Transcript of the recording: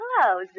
hello